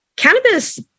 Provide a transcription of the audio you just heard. Cannabis